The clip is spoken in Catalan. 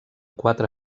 quatre